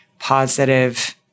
positive